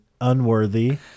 unworthy